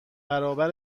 برابر